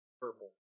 purple